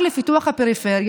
תדאג לפיתוח הפריפריה,